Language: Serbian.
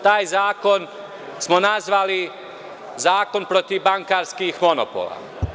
Taj zakon smo nazvali zakon protiv bankarskih monopola.